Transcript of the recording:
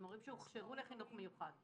הם מורים שהוכשרו לחינוך מיוחד.